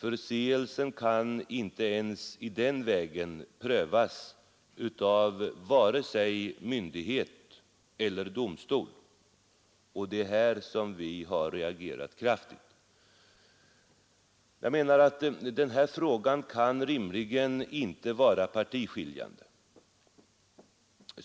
Förseelsen kan inte ens på den vägen prövas av vare sig myndighet eller domstol, och det är här som vi har reagerat kraftigt. Jag anser att den här frågan rimligen inte kan vara partiskiljande.